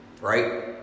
right